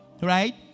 Right